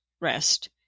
rest